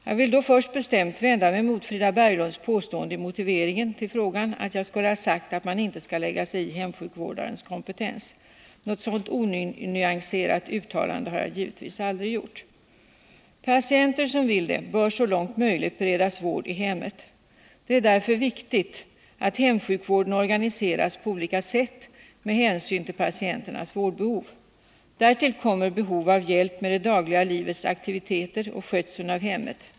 Jag vill då först bestämt vända mig mot Frida Berglunds påstående i motiveringen till frågan att jag skulle ha sagt att man inte skall lägga sig i hemsjukvårdarens kompetens. Något sådant Nr 167 onyanserat uttalande har jag givetvis aldrig gjort. Patienter som vill det bör så långt möjligt beredas vård i hemmet. Det är därvid viktigt att hemsjukvården organiseras på olika sätt med hänsyn till patienternas vårdbehov. Därtill kommer behov av hjälp med det dagliga livets aktiviteter och skötseln av hemmet.